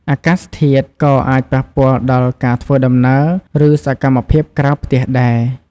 អាកាសធាតុក៏អាចប៉ះពាល់ដល់ការធ្វើដំណើរ ឬសកម្មភាពក្រៅផ្ទះដែរ។